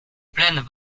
plaines